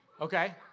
okay